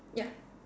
ya